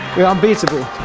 we are unbeatable!